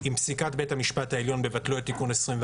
עם פסיקת בית המשפט העליון בבטלו את תיקון 21